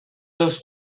dos